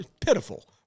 Pitiful